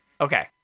Okay